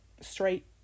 Straight